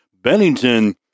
Bennington